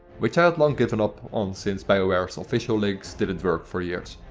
which i had long given up on since biowares official links didn't work for years.